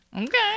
okay